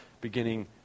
Beginning